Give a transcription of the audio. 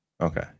Okay